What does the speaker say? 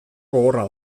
gogorra